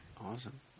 Awesome